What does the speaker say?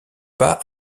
pas